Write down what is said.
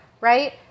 right